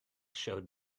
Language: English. showed